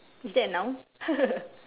is that a noun